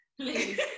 Please